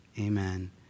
Amen